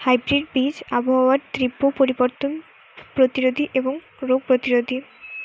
hybrid বীজ আবহাওয়ার তীব্র পরিবর্তন প্রতিরোধী এবং রোগ প্রতিরোধী